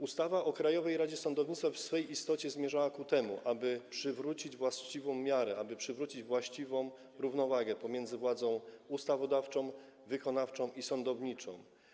Ustawa o Krajowej Radzie Sądownictwa w swej istocie zmierzała ku temu, aby przywrócić właściwą miarę, przywrócić właściwą równowagę pomiędzy władzą ustawodawczą, władzą wykonawczą i władzą sądowniczą.